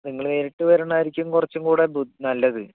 നിങ്ങൾ നേരിട്ട് വരുന്നതായിരിക്കും കുറച്ചും കൂടി നല്ലത്